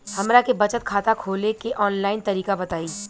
हमरा के बचत खाता खोले के आन लाइन तरीका बताईं?